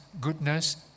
goodness